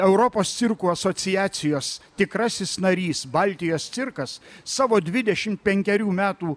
europos cirkų asociacijos tikrasis narys baltijos cirkas savo dvidešim penkerių metų